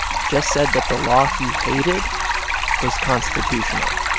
just said that the law he hated was constitutional.